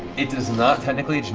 it does not, technically.